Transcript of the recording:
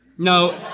no,